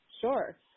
Sure